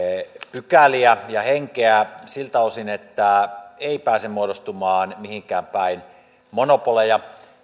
pykäliä ja henkeä siltä osin että ei pääse muodostumaan mihinkään päin monopoleja